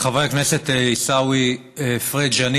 חבר הכנסת עיסאווי פריג', אני